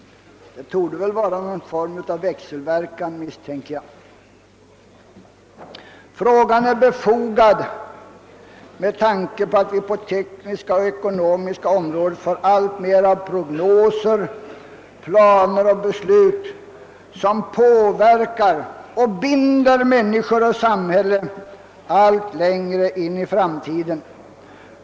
Jag misstänker att det är någon form av växelverkan. Frågan är befogad med tanke på att vi på det tekniska och ekonomiska området får allt fler prognoser, planer och beslut som påverkar och binder människor och samhälle allt längre in i framtiden.